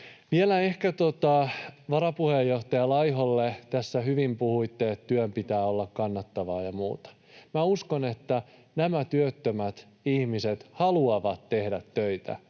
Vielä ehkä varapuheenjohtaja Laiholle: Tässä hyvin puhuitte, että työn pitää olla kannattavaa ja muuta. Minä uskon, että työttömät ihmiset haluavat tehdä töitä